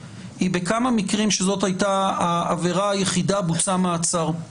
מקרים שבהם זאת הייתה העבירה היחידה בוצע מעצר.